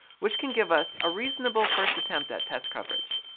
which can give us a reasonable first attempt at test coverage.